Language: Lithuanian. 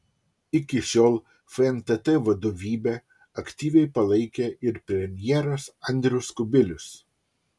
iki šiol fntt vadovybę aktyviai palaikė ir premjeras andrius kubilius